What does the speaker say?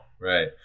Right